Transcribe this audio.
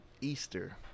Easter